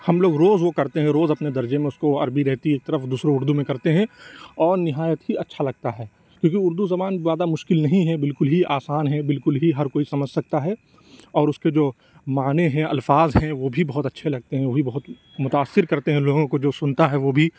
ہم لوگ روز وہ کرتے ہیں روز اپنے درجے میں اُس کو عربی رہتی ہے ایک طرف دوسرے اُردو میں کرتے ہیں اور نہایت ہی اچھا لگتا ہے کیوں کہ اُردو زبان زیادہ مشکل نہیں ہے بالکل ہی آسان ہے بالکل ہی ہر کوئی سمجھ سکتا ہے اور اُس کے جو معنے ہیں الفاظ ہیں وہ بھی بہت اچھے لگتے ہیں وہ بھی متأثر کرتے ہیں لوگوں کو جو سُنتا ہے وہ بھی